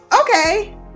okay